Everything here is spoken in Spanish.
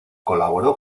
colaboró